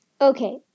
Okay